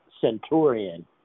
centurion